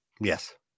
Yes